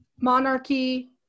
monarchy